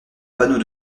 panneau